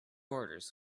orders